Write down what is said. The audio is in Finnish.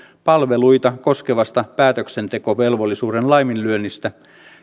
palveluita koskevasta päätöksentekovelvollisuuden laiminlyönnistä